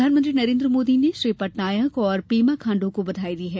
प्रधानमंत्री नरेन्द्र मोदी ने श्री पटनायक और पेमा खांडू को बधाई दी है